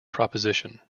proposition